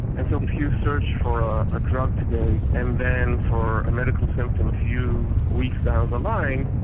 and so if you search for ah a drug today and then for a medical symptom a few weeks down the line,